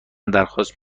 درخواست